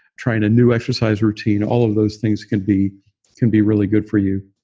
trying a new exercise routine, all of those things can be can be really good for you.